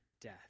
death